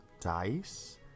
Dice